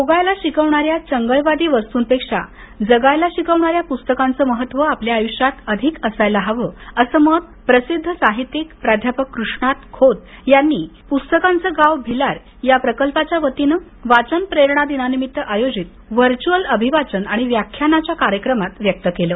भोगायला शिकवणाऱ्या चंगळवादी वस्तूंपेक्षा जगायला शिकवणाऱ्या पुस्तकांचं महत्त्व आपल्या आयुष्यात अधिक असायला हवं असं मत सुप्रसिद्ध साहित्यिक प्राध्यापक कृष्णात खोत यांनी प्स्तकांचं गाव भिलार या प्रकल्पाच्या वतीनं वाचन प्रेरणा दिनानिमित्त आयोजित व्हर्च्य्अल अभिवाचन आणि व्याख्यानाच्या कार्यक्रमात व्यक्त केलं